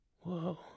whoa